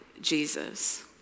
Jesus